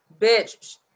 Bitch